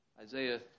Isaiah